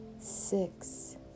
six